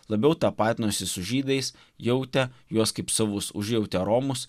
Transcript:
labiau tapatinosi su žydais jautė juos kaip savus užjautė romus